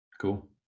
Cool